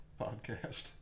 podcast